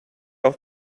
auch